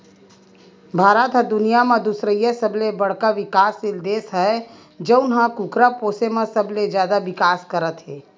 भारत ह दुनिया म दुसरइया सबले बड़का बिकाससील देस हे जउन ह कुकरा पोसे म सबले जादा बिकास करत हे